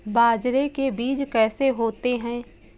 बाजरे के बीज कैसे होते हैं?